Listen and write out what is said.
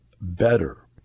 better